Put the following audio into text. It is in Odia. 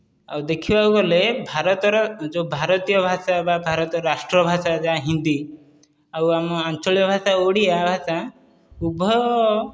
ଆଉ ଦେଖିବାକୁ ଗଲେ ଭାରତର ଯେଉଁ ଭାରତୀୟ ଭାଷା ବା ଭାରତର ରାଷ୍ଟ୍ର ଭାଷା ଯାହା ହିନ୍ଦୀ ଆଉ ଆମ ଆଞ୍ଚଳିକ ଭାଷା ଓଡ଼ିଆ ଭାଷା ଉଭୟ